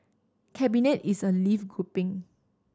cabinet is a live grouping